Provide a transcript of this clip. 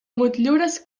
motllures